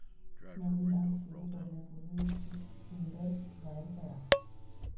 नवीन आग सुरू करण्यापूर्वी सिंडर्स बाहेर काढा